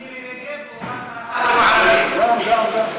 רק מירי רגב, או רק הח"כים הערבים?